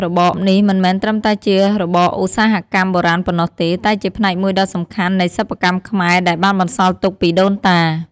របរនេះមិនមែនត្រឹមតែជារបរឧស្សាហកម្មបុរាណប៉ុណ្ណោះទេ តែជាផ្នែកមួយដ៏សំខាន់នៃសិប្បកម្មខ្មែរដែលបានបន្សល់ទុកពីដូនតា។